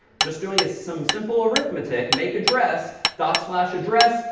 just doing some simple arithmetic. make address dot slash address,